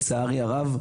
הוא לצערי הרב,